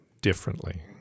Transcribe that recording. differently